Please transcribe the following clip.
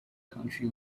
country